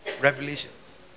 Revelations